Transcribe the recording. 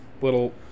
Little